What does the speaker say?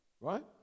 right